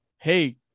hey